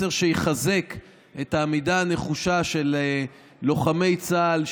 מסר שיחזק את העמידה הנחושה של לוחמי צה"ל,